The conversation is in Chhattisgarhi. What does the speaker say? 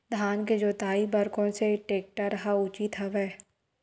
धान के जोताई बर कोन से टेक्टर ह उचित हवय?